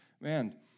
Man